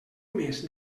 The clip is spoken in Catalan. més